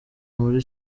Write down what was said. muri